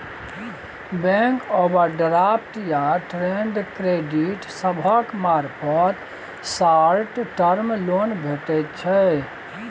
bank overdraft या trade credit सभक मार्फत शॉर्ट टर्म लोन भेटइ छै